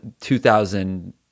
2000